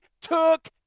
took